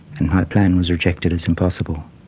and my plan was rejected as impossible.